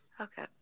okay